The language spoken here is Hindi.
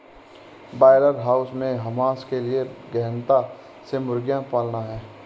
ब्रॉयलर हाउस में मांस के लिए गहनता से मुर्गियां पालना है